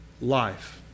life